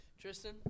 Tristan